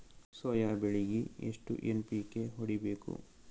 Soya ಬೆಳಿಗಿ ಎಷ್ಟು NPK ಹೊಡಿಬೇಕು?